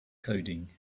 coding